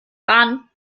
bahn